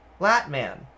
Latman